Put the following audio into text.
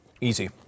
Easy